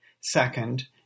Second